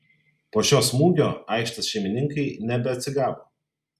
po šio smūgio aikštės šeimininkai nebeatsigavo